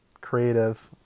creative